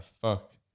fuck